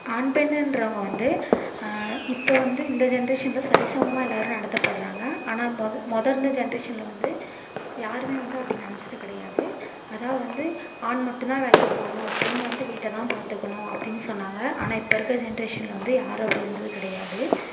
ஆண் பெண்ணுகிறவங்க வந்து இப்போ வந்து இந்த ஜென்ரேஷனில் சரி சமமாக எல்லாேரும் நடத்தப்படுறாங்க ஆனால் மொதல் மொதல் இருந்த ஜென்ரேஷனில் வந்து யாருமே வந்து அப்படி நினைச்சது கிடையாது அதாவது வந்து ஆண் மட்டும்தான் வேலைக்கு போகணும் பெண் வந்து வீட்டை தான் பார்த்துக்கணும் அப்படின்னு சொன்னாங்க ஆனால் இப்போ இருக்க ஜென்ரேஷனில் வந்து யாரும் அப்படி இருந்தது கிடையாது